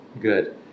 good